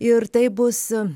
ir tai būs